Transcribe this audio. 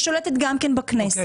והיא שולטת גם בכנסת.